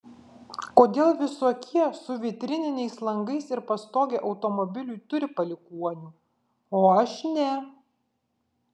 kodėl visokie su vitrininiais langais ir pastoge automobiliui turi palikuonių o aš ne